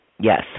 Yes